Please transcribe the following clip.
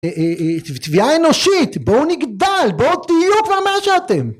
תביעה אנושית בואו נגדל בואו תהיו כבר מה שאתם